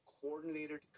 coordinated